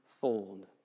fold